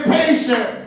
patient